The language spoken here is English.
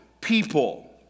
people